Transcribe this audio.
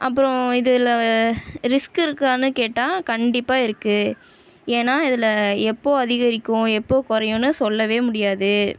அப்புறோம் இதில் ரிஸ்க் இருக்கான்னு கேட்டால் கண்டிப்பாக இருக்குது ஏன்னால் இதில் எப்போது அதிகரிக்கும் குறையும்னு சொல்லவே முடியாது